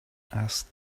asked